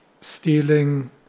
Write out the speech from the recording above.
stealing